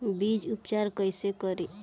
बीज उपचार कईसे करी?